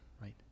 right